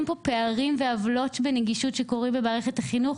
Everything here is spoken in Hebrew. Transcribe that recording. פה פערים ועוולות בנגישות שקורים במערכת החינוך,